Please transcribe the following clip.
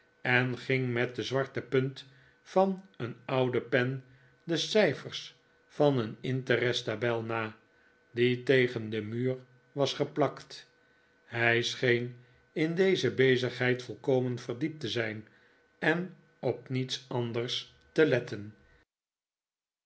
en ging met de zwarte punt van een oude pen de cijfers van een interesttabel na die tegen den muur was geplakt hij scheen in deze bezigheid volkomen verdiept te zijn en op niets anders te letten